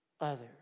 others